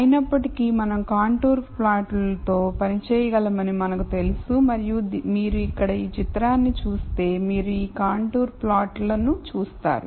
అయినప్పటికీ మనం కాంటూర్ ప్లాట్లతో పనిచేయగలమని మనకు తెలుసు మరియు మీరు ఇక్కడ ఈ చిత్రాన్ని చూస్తే మీరు ఈ కాంటూర్ ప్లాట్లను చూస్తారు